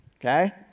Okay